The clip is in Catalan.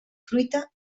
fruita